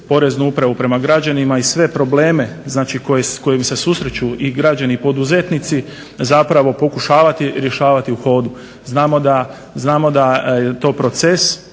Poreznu upravu prema građanima i sve probleme znači s kojim se susreću i građani i poduzetnici zapravo pokušavati rješavati u hodu. Znamo da je to proces